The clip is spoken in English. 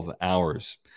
hours